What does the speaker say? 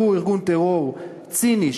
שהוא ארגון טרור ציני,